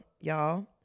y'all